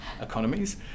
economies